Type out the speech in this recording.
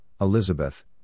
Elizabeth